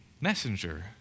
messenger